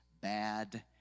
bad